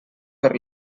per